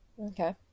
Okay